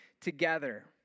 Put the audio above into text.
together